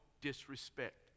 disrespect